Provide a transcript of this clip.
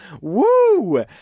Woo